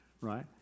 right